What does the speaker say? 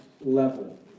level